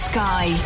Sky